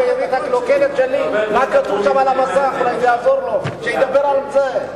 הקלוקלת, מה כתוב שם על המסך, שידבר על זה.